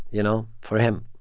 you know, for him.